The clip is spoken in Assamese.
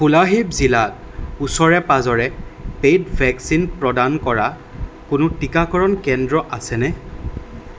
কোলাশিব জিলাত ওচৰে পাঁজৰে পে'ইড ভেকচিন প্ৰদান কৰা কোনো টীকাকৰণ কেন্দ্ৰ আছেনে